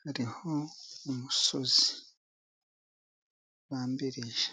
hariho umusozi ubambirije.